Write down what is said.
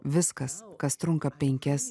viskas kas trunka penkias